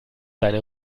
seine